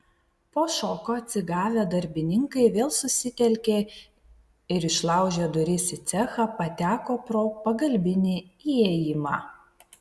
po šoko atsigavę darbininkai vėl susitelkė ir išlaužę duris į cechą pateko pro pagalbinį įėjimą